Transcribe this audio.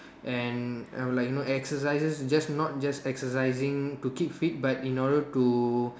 and I will like you know exercises just not just exercising to keep fit but in order to